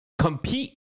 compete